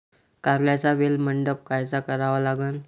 कारल्याचा वेल मंडप कायचा करावा लागन?